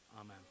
Amen